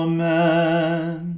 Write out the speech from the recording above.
Amen